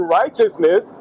righteousness